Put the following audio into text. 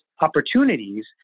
opportunities